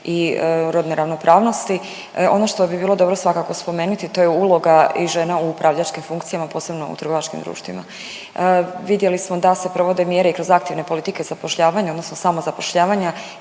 i rodne ravnopravnosti. Ono što bi bilo dobro svakako spomenuti to je uloga i žena u upravljačkim funkcijama posebno u trgovačkim društvima. Vidjeli smo da se provode mjere i kroz aktivne politike zapošljavanja odnosno samozapošljavanja